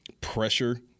pressure